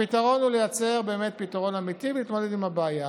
הפתרון הוא באמת לייצר פתרון אמיתי ולהתמודד עם הבעיה.